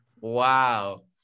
wow